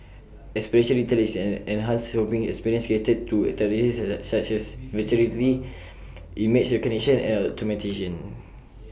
experiential retail is an enhanced shopping experience created through technologies such as Virtual Reality image recognition and automation